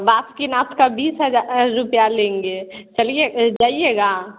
बाखकीना का बीस हज़ार रुपया लेंगे चलिए जाइएगा